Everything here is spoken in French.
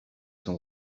son